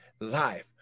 life